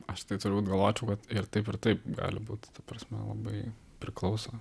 aš tai turbūt galvočiau kad ir taip ir taip gali būt ta prasme labai priklauso